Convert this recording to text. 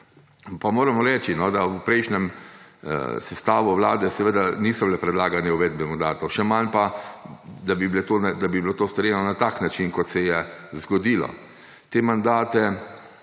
pa moramo reči, da v prejšnjem sestavu vlade seveda niso bile predlagane uvedbe mandatov. Še manj pa, da bi bilo to storjeno na tak način, kot se je zgodilo. Te mandate